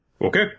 Okay